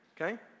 Okay